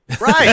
Right